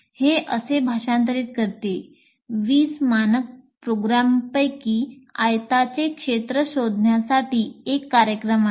हे असे भाषांतरित करते 20 मानक प्रोग्रामपैकी आयताचे क्षेत्र शोधण्यासाठी एक कार्यक्रम आहे